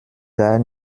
gar